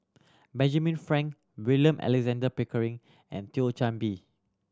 Benjamin Frank William Alexander Pickering and Thio Chan Bee